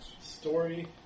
story